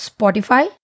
Spotify